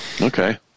Okay